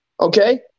Okay